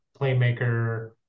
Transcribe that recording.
playmaker